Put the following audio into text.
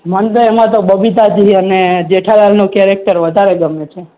મને તો એમાં તો બબીતાજી અને જેઠાલાલનું કેરેક્ટર વધારે ગમે છે